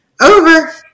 over